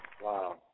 Wow